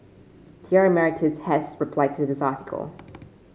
T R Emeritus has replied to this article